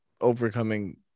overcoming